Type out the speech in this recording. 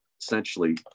essentially